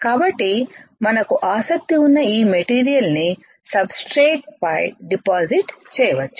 కాబట్టి మనకు ఆసక్తి ఉన్న ఈ మెటీరియల్ ని సబ్ స్ట్రేట్ పై డిపాజిట్ చేయవచ్చు